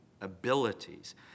abilities